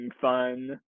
fun